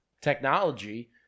technology